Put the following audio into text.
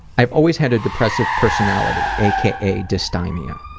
i've always had a depressive personality, a. k. a. dysthymia.